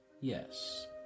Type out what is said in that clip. yes